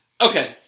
Okay